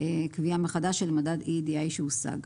קביעה מחדש של מדד EEDI שהושג.